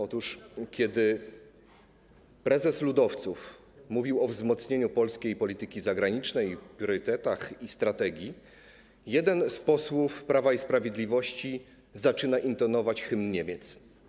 Otóż kiedy prezes ludowców mówił o wzmocnieniu polskiej polityki zagranicznej, priorytetach i strategii, jeden z posłów Prawa i Sprawiedliwości zaczął intonować hymn Niemiec.